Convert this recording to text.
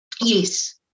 Yes